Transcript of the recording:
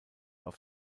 auf